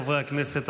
חברי הכנסת,